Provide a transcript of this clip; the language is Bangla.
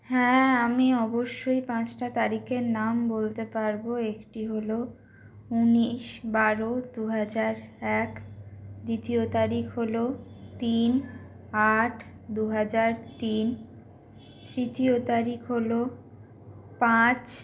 হ্যাঁ আমি অবশ্যই পাঁচটা তারিখের নাম বলতে পারব একটি হল উনিশ বারো দু হাজার এক দ্বিতীয় তারিখ হল তিন আট দু হাজার তিন তৃতীয় তারিখ হল পাঁচ